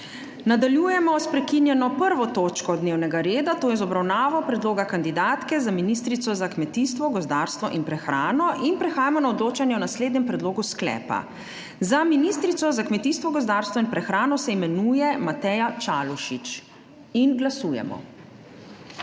Nadaljujemo s **prekinjeno 1. točko dnevnega reda, to je z obravnavo predloga kandidatke za ministrico za kmetijstvo, gozdarstvo in prehrano.** In prehajamo na odločanje o naslednjem predlogu sklepa: Za ministrico za kmetijstvo, gozdarstvo in prehrano se imenuje Mateja Čalušić. Glasujemo.